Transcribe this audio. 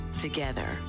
together